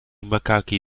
macachi